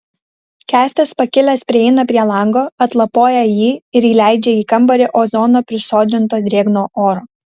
kęstas pakilęs prieina prie lango atlapoja jį ir įleidžia į kambarį ozono prisodrinto drėgno oro